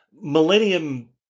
millennium